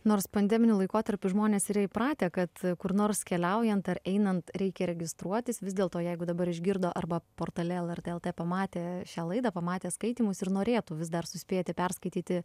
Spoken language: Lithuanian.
nors pandeminiu laikotarpiu žmonės yra įpratę kad kur nors keliaujant ar einant reikia registruotis vis dėlto jeigu dabar išgirdo arba portale lrt lt pamatė šią laidą pamatė skaitymus ir norėtų vis dar suspėti perskaityti